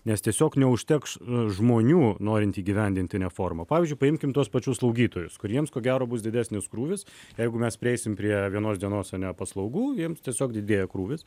nes tiesiog neužteks žmonių norint įgyvendinti reformą pavyzdžiui paimkim tuos pačius slaugytojus kuriems ko gero bus didesnis krūvis jeigu mes prieisim prie vienos dienos ane paslaugų jiems tiesiog didėja krūvis